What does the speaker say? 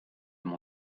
mon